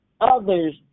others